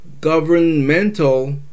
Governmental